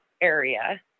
area